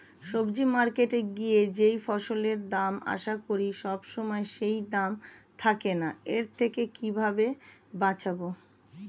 সবজি মার্কেটে গিয়ে যেই ফসলের দাম আশা করি সবসময় সেই দাম থাকে না এর থেকে কিভাবে বাঁচাবো?